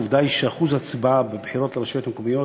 עובדה היא שאחוז ההצבעה בבחירות לרשויות המקומיות